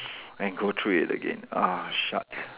and go through it again ah shut